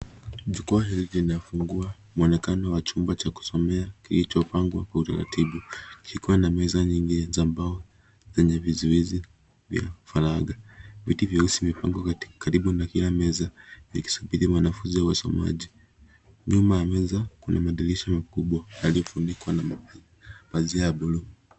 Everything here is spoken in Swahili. Jukwaa hili linafungua mwonekano wa chumba cha kusomea kilichopangwa kwa utaratibu kikiwa na mezani nyingi za mbao, yenye vizuizi vya faraga. Viti vyeusi vimepangwa kati, karibu na hiyo meza, vikisubiri wanafunzi, au wasomaji. Nyuma ya meza, kuna madirisha makubwa, yaliyofunikwa na mapa, pazia ya blue .